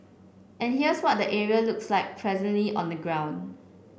and here's what the area looks like presently on the ground